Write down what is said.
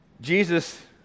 Jesus